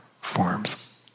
forms